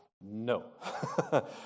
No